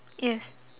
yes